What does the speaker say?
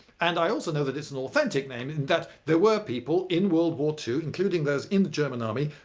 and i also know that it's an authentic name in that there were people in world war two, including those in the german army,